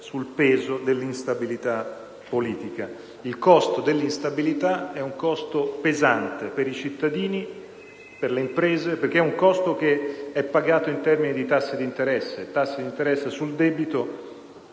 Quello dell'instabilità è un costo pesante per i cittadini, per le imprese, perché è un costo che è pagato in termini di tassi di interesse sul debito.